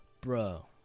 Bro